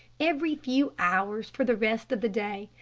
every few hours for the rest of the day,